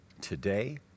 today